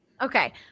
Okay